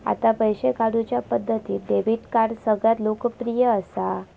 आता पैशे काढुच्या पद्धतींत डेबीट कार्ड सगळ्यांत लोकप्रिय असा